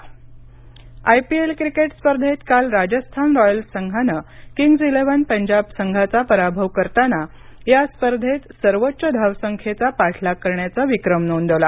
IPL IPL cricket स्पर्धेत काल Rajasthan Royals संघानं किंग्ज इलेवन पंजाब संघाचा पराभव करताना या स्पर्धेत सर्वोच्च धावसंख्येचा पाठलाग करण्याचा विक्रम नोंदवला